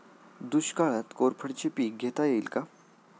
दुष्काळात कोरफडचे पीक घेता येईल का?